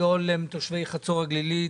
תושבי חצור הגלילית,